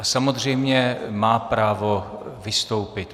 A samozřejmě má právo vystoupit.